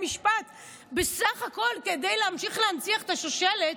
משפט בסך הכול כדי להמשיך להנציח את השושלת,